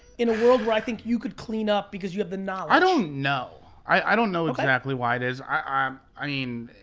in a world where i think you could clean up because you have the knowledge. i don't know. i don't know exactly why it is. i um um i mean,